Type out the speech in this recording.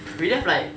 we left like